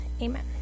Amen